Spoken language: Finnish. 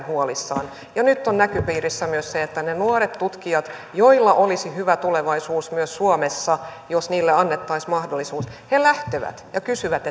huolissaan ja nyt on näköpiirissä myös se että ne nuoret tutkijat joilla olisi hyvä tulevaisuus myös suomessa jos heille annettaisiin mahdollisuus lähtevät ja kysyvät